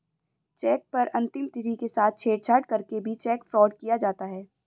check पर अंकित तिथि के साथ छेड़छाड़ करके भी चेक फ्रॉड किया जाता है